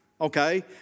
okay